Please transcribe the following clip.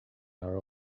are